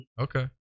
okay